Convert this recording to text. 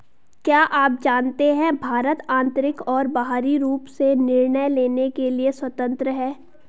क्या आप जानते है भारत आन्तरिक और बाहरी रूप से निर्णय लेने के लिए स्वतन्त्र है?